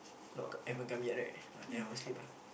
not haven't come yet right ah then I'll sleep ah